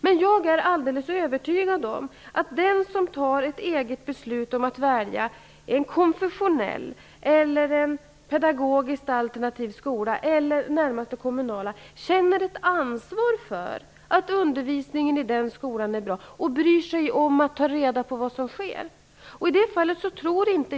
Men jag är alldeles övertygad om att den som fattar ett eget beslut om att välja en konfessionell skola, en pedagogisk alternativ skola eller den närmaste kommunala skolan känner ett ansvar för att undervisningen i den skolan är bra. Den bryr sig också om att ta reda på vad som sker där.